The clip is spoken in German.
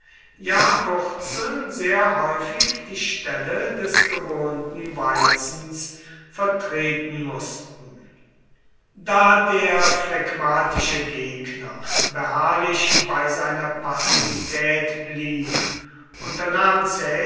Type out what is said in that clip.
ja wurzeln sehr häufig die stelle des gewohnten weizens vertreten maßten da der phlegmatische gegner beharrlich bei seiner passivität blieb